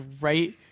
right